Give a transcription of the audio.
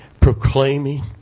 proclaiming